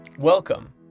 Welcome